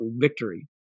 victory